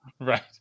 right